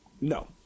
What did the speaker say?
No